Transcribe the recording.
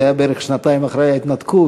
זה היה בערך שנתיים אחרי ההתנתקות,